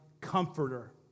comforter